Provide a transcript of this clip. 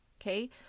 Okay